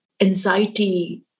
anxiety